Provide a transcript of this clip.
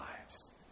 lives